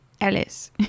Alice